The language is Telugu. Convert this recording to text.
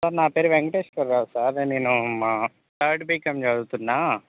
సార్ నా పేరు వెంకటేశ్వర రావు సార్ నేను మా థర్డ్ బికామ్ చదువుతున్నాను